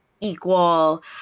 equal